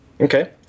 Okay